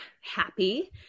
happy